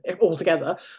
altogether